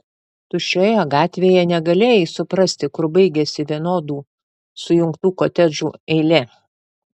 tuščioje gatvėje negalėjai suprasti kur baigiasi vienodų sujungtų kotedžų eilė